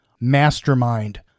MASTERMIND